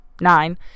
nine